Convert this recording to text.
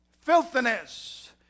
filthiness